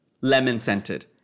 Lemon-scented